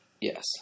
Yes